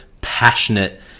passionate